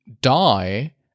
die